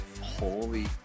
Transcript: holy